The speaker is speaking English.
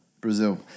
Brazil